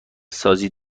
سازی